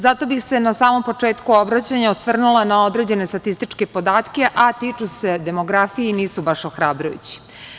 Zato bih se na samom početku obraćanja osvrnula na određene statističke podatke, a tiču se demografije i nisu baš ohrabrujući.